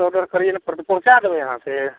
order करैए ने पड़तै से पहुँचै देबै अहाँ से